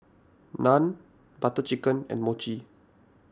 Naan Butter Chicken and Mochi